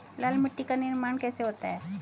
लाल मिट्टी का निर्माण कैसे होता है?